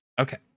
Okay